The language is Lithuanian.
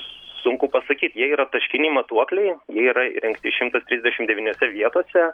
sunku pasakyt jie yra taškiniai matuokliai jie yra įrengti šimtas trisdešim devyniose vietose